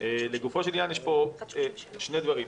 לגופו של עניין, יש פה שני דברים.